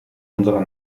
unserer